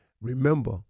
remember